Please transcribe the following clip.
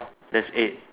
that's eight